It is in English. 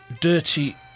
dirty